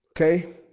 Okay